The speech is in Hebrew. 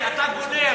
שודד